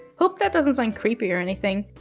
hope that doesn't sound creepy or anything.